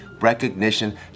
recognition